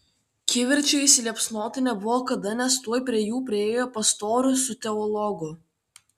kivirčui įsiliepsnoti nebuvo kada nes tuoj prie jų priėjo pastorius su teologu